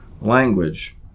language